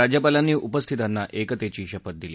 राज्यपालांनी उपस्थितांना एकतेची शपथ दिली